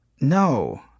No